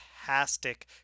fantastic